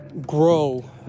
grow